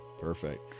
perfect